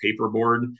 paperboard